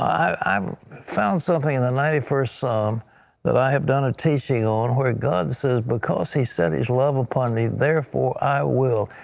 i um found something in the ninety first psalm that i have done a teaching on, where god says because he sets love upon me therefore i will.